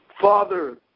father